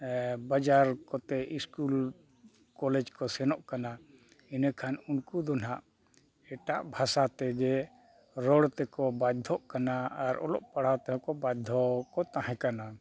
ᱵᱟᱡᱟᱨ ᱠᱚᱛᱮ school college ᱠᱚ ᱥᱮᱱᱚᱜ ᱠᱟᱱᱟ ᱮᱱᱮᱠᱷᱟᱱ ᱩᱱᱠᱩ ᱫᱚ ᱦᱟᱸᱜ ᱮᱴᱟᱜ ᱵᱷᱟᱥᱟ ᱛᱮᱜᱮ ᱨᱚᱲ ᱛᱮᱠᱚ ᱵᱟᱫᱽᱫᱷᱚᱜ ᱠᱟᱱᱟ ᱟᱨ ᱚᱞᱚᱜ ᱯᱟᱲᱦᱟᱣ ᱛᱮᱦᱚᱸ ᱠᱚ ᱵᱟᱫᱽᱫᱷᱚ ᱠᱚ ᱛᱟᱦᱮᱸ ᱠᱟᱱᱟ